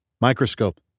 Microscope